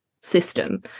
system